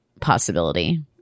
possibility